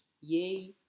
Yay